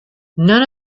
none